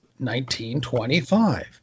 1925